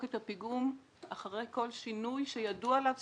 הפיגום אחרי כל שינוי שידוע עליו שנעשה.